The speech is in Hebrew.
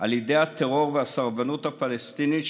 על ידי הטרור והסרבנות הפלסטינית,